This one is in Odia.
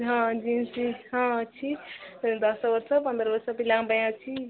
ହଁ ଜିନ୍ସଫିନ୍ସ ହଁ ଅଛି ଦଶ ବର୍ଷ ପନ୍ଦର ବର୍ଷ ପିଲାଙ୍କ ପାଇଁ ଅଛି